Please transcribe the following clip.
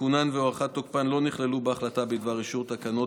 שתיקונן והארכת תוקפן לא נכללו בהחלטה בדבר אישור תקנות